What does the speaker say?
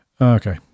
Okay